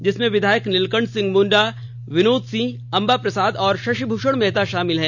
जिसमें विधायक नीलकंठ सिंह मुंडा विनोद सिंह अंबा प्रसाद और शशिमूषण मेहता भी शामिल हैं